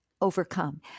overcome